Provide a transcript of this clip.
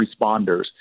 responders